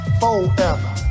forever